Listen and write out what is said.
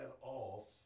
off